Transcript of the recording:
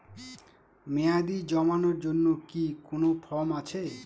মেয়াদী জমানোর জন্য কি কোন ফর্ম আছে?